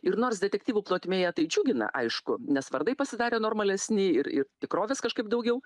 ir nors detektyvų plotmėje tai džiugina aišku nes vardai pasidarė normalesni ir ir tikrovės kažkaip daugiau